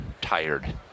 tired